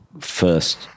first